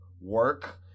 work